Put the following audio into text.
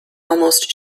almost